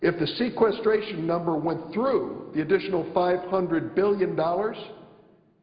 if the sequestration number went through, the additional five hundred billion dollars